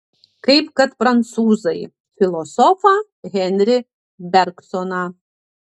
kaip kad prancūzai filosofą henri bergsoną